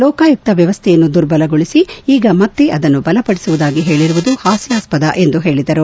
ಲೋಕಾಯುಕ್ತ ವ್ಯವಸ್ಥೆಯನ್ನು ದುರ್ಬಲಗೊಳಿಸಿ ಈಗ ಮತ್ತೆ ಅದನ್ನು ಬಲಪಡಿಸುವುದಾಗಿ ಹೇಳಿರುವುದು ಪಾಸ್ತಾಸ್ವದ ಎಂದು ಹೇಳಿದರು